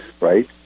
right